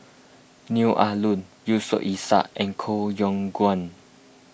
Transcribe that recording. Neo Ah Luan Yusof Ishak and Koh Yong Guan